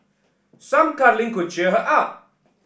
some cuddling could cheer her up